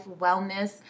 wellness